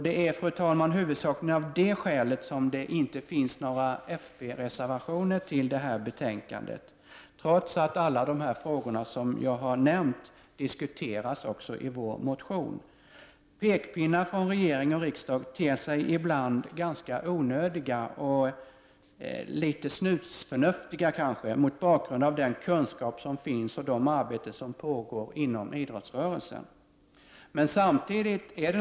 Det är huvudsakligen av detta skäl som det inte finns några folkpartireservationer fogade till detta betänkande, trots att alla de frågor som jag har nämnt diskuteras i vår motion. Mot bakgrund av den kunskap som finns och det arbete som pågår inom idrottsrörelsen ter sig pekpinnar från regering och riksdag ibland ganska onödiga och kanske litet snusförnuftiga.